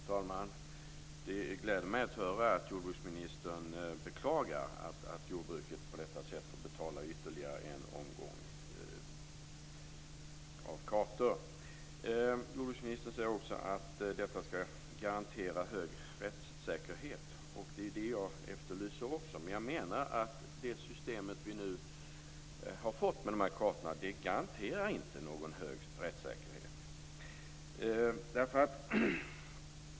Fru talman! Det gläder mig att höra att jordbruksministern beklagar att jordbruket på detta sätt får betala ytterligare en omgång kartor. Jordbruksministern säger också att detta skall garantera hög rättssäkerhet, och det är det som också jag efterlyser. Jag menar dock att det system som vi har fått med dessa kartor inte garanterar någon hög rättssäkerhet.